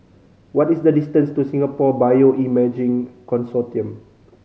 what is the distance to Singapore Bioimaging Consortium